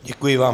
Děkuji vám.